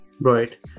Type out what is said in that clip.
right